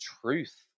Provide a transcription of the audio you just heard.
truth